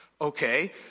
Okay